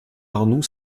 arnoux